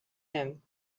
them